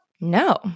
No